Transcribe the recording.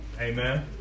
Amen